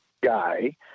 guy